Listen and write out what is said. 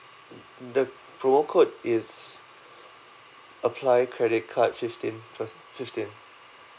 the promo code is apply credit card fifteen first fifteen